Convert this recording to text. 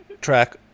track